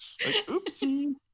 Oopsie